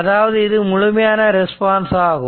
அதாவது இது முழுமையான ரெஸ்பான்ஸ் ஆகும்